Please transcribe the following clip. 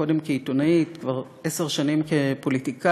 קודם כעיתונאית וכבר עשר שנים כפוליטיקאית,